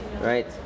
right